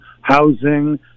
housing